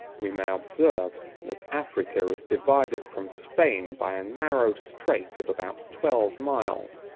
we may observe, that africa is divided from spain by a narrow strait of about twelve miles,